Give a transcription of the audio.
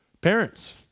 parents